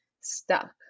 stuck